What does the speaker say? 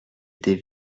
était